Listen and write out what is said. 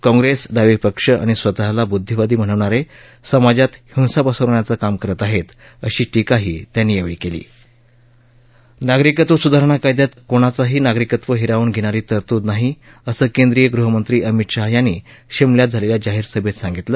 काँग्रेस डावे पक्ष आणि स्वतःला ब्द्धीवादी म्हणणारे समाजात हिंसा पसरवण्याचं काम करत आहेत अशी टीकाही त्यांनी यावेळी केली नागरिकत्व सुधारणा कायद्यात कोणाचंही नागरिकत्व हिरावून घेणारी तरतूद नाही असं केंद्रीय गहमंत्री अमित शहा यांनी शिमल्यात झालेल्या जाहीर सभेत सांगितलं